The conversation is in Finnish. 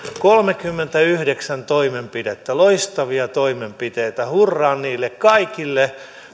kolmekymmentäyhdeksän toimenpidettä loistavia toimenpiteitä hurraan niille kaikille